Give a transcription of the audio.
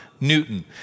Newton